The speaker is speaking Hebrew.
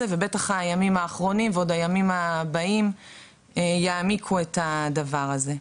ובטח הימים האחרים והימים הבאים יעמיקו את זה.